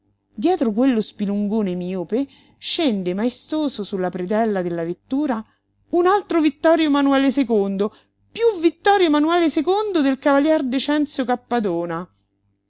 dietro quello spilungone miope scende maestoso su la predella della vettura un altro ittorio manuele piú ittorio manuele del cavalier decenzio cappadona